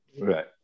Right